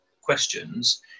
questions